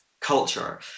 culture